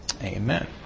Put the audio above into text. amen